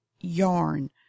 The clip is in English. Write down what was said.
yarn